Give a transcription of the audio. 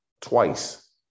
twice